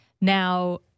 Now